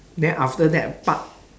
then after that park